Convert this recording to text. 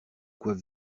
quoi